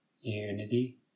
unity